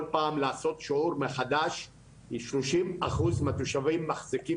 כל פעם לעשות שיעור מחדש אם שלושים אחוז מהתושבים מחזיקים